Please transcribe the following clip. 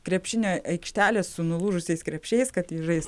krepšinio aikštelės su nulūžusiais krepšiais kad ji žais